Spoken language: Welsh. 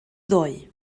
ddoe